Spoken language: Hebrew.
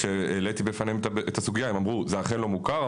כשהעליתי בפניהם את הסוגייה הם אמרו זה אכן לא מוכר,